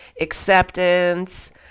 acceptance